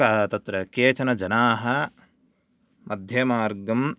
तत्र केचन जनाः मध्यमार्गम्